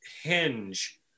hinge